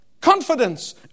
confidence